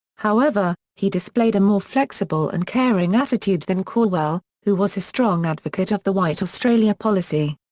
however, he displayed a more flexible and caring attitude than calwell, who was a strong advocate of the white australia policy.